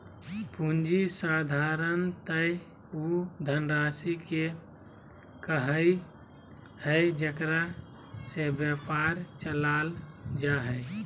पूँजी साधारणतय उ धनराशि के कहइ हइ जेकरा से व्यापार चलाल जा हइ